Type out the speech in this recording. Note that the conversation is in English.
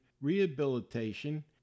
rehabilitation